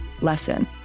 lesson